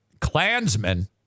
Klansmen